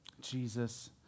Jesus